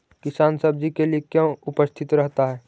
किसान सब्जी के लिए क्यों उपस्थित रहता है?